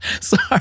Sorry